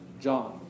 John